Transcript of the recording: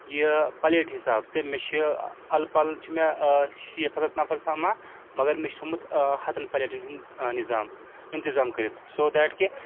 یہِ پَلیٹ حِساب تہٕ مےٚ چھِ اَلہٕ پَلہٕ چھِ مےٚ شیٖت سَتَتھ نَفر سَمان مگر مےٚ چھِ تھومُت ہَتَن پَلیٹَن ہُنٛد نِظام اِنتِظام کٔرِتھ سو دیٹ کہِ